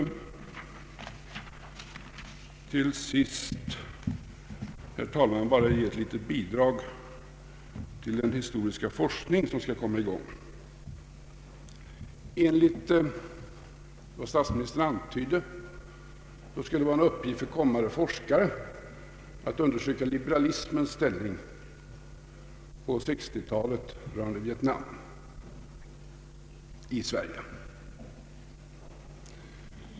Låt mig, herr talman, sedan endast ge ett litet bidrag till den historiska forskning som skall komma i gång. Enligt vad statsministern antydde skulle det vara en uppgift för kommande forskare att undersöka liberalismens ställning i Sverige på 1960-talet rörande Vietnam.